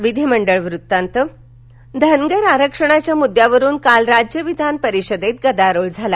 विधिमंडळ धनगर आरक्षणाच्या मुद्यावरून काल राज्य विधानपरिषदेत गदारोळ झाला